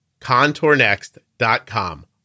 Contournext.com